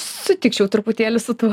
sutikčiau truputėlį su tuo